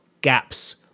gaps